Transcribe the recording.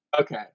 okay